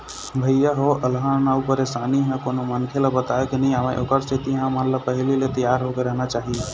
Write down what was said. भइया हो अलहन अउ परसानी ह कोनो मनखे ल बताके नइ आवय ओखर सेती हमन ल पहिली ले तियार होके रहना चाही